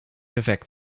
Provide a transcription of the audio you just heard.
effect